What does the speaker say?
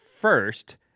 first